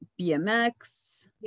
BMX